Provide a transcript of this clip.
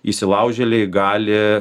įsilaužėliai gali